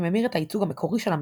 שממיר את הייצוג המקורי של המידע,